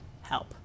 help